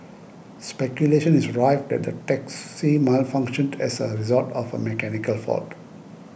speculation is rife that the taxi malfunctioned as a result of a mechanical fault